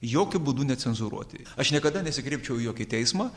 jokiu būdu necenzūruoti aš niekada nesikreipčiau į jokį teismą